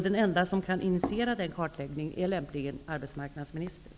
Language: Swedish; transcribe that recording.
Den enda som kan initiera den kartläggningen är arbetsmarknadsministern.